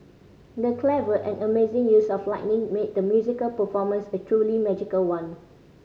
the clever and amazing use of lighting made the musical performance a truly magical one